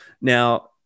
Now